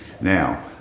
Now